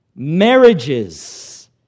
marriages